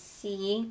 see